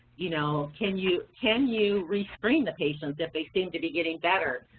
you know can you can you restrain the patients if they seem to be getting better?